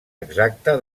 exacta